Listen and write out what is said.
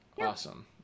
awesome